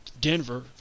Denver